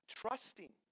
trusting